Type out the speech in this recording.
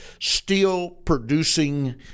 steel-producing